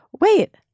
wait